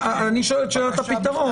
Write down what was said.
אני שואל את שאלת הפתרון.